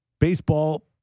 Baseball